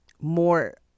more